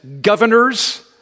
governors